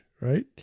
Right